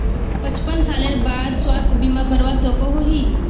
पचपन सालेर बाद स्वास्थ्य बीमा करवा सकोहो ही?